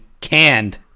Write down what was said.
canned